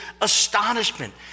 astonishment